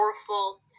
powerful